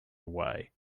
away